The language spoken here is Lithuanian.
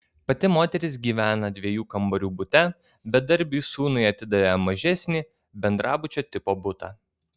pati moteris gyvena dviejų kambarių bute bedarbiui sūnui atidavė mažesnį bendrabučio tipo butą